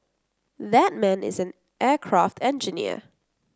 that man is an aircraft engineer